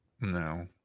No